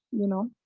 you know.